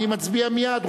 נצביע מייד.